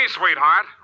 sweetheart